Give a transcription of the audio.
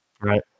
right